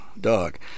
dog